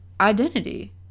identity